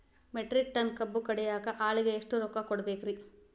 Metric ton ಕಬ್ಬು ಕಡಿಯಾಕ ಆಳಿಗೆ ಎಷ್ಟ ರೊಕ್ಕ ಕೊಡಬೇಕ್ರೇ?